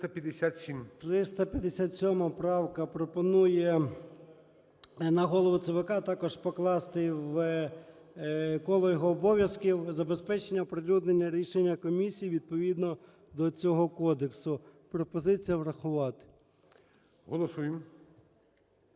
357 правка пропонує на Голову ЦВК, також покласти в коло його обов'язків забезпечення оприлюднення рішень Комісії відповідно до цього Кодексу. Пропозиція врахувати. ГОЛОВУЮЧИЙ.